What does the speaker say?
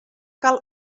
cal